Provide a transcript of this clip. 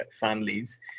families